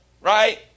right